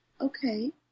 Okay